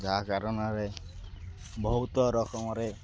ଯାହା କାରଣରେ ବହୁତ ରକମରେ